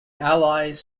allies